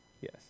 Yes